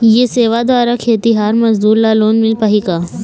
ये सेवा द्वारा खेतीहर मजदूर ला लोन मिल पाही का?